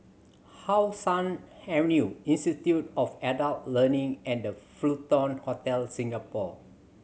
How Sun Avenue Institute of Adult Learning and Fullerton Hotel Singapore